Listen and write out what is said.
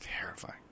terrifying